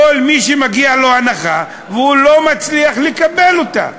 כל מי שמגיעה לו הנחה והוא לא מצליח לקבל אותה.